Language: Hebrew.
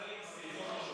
זה לא מסתדר עם הסרטון פשוט.